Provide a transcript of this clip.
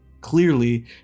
clearly